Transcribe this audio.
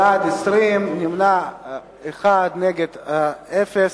בעד, 20, נמנע אחד, נגד, אין.